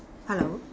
hello